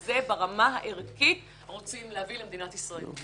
הזה ברמה הערכית רוצים להביא למדינת ישראל.